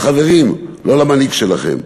לחברים, לא למנהיג שלכם,